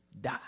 die